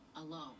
alone